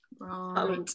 Right